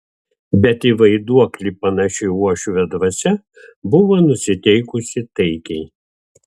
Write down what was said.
bet į vaiduoklį panaši uošvio dvasia buvo nusiteikusi taikiai